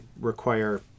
require